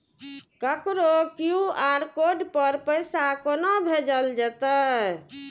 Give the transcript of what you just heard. ककरो QR code पर पैसा कोना भेजल जेतै?